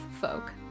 folk